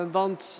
want